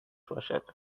باشد